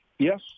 Yes